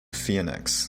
phoenix